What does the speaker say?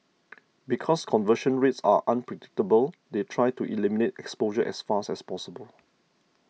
because conversion rates are unpredictable they try to eliminate exposure as fast as possible